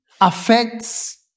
affects